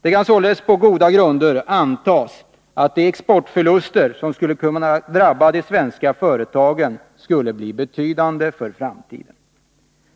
Det kan således på goda grunder antas att de exportförluster som skulle drabba de svenska företagen skulle bli betydande för framtiden.